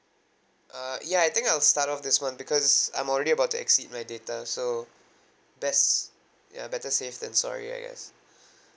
uh ya I think I'll start off this month because I'm already about to exceed my data so best ya better safe than sorry I guess